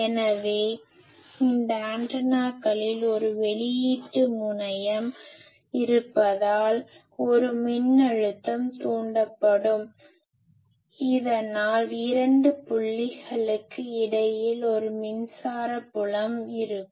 எனவே இந்த ஆண்டெனாக்களில் ஒரு வெளியீட்டு முனையம் இருப்பதால் ஒரு மின்னழுத்தம் தூண்டப்படும் இதனால் இரண்டு புள்ளிகளுக்கு இடையில் ஒரு மின்சார புலம் இருக்கும்